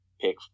pick